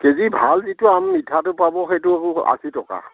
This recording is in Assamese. কেজি ভাল যিটো আম মিঠাটো পাব সেইটো হ'ব আশী টকা